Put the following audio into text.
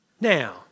Now